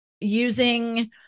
Using